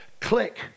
click